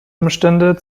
umstände